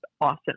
awesome